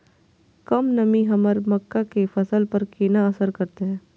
कम नमी हमर मक्का के फसल पर केना असर करतय?